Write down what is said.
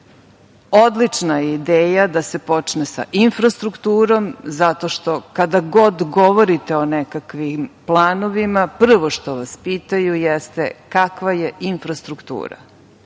prazna. Odlična je ideja da se počne sa infrastrukturom zato što kada god govorite o nekakvim planovima, prvo što vas pitaju jeste kakva je infrastruktura. Dakle,